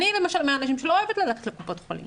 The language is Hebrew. אני למשל לא אוהבת ללכת לקופות חולים,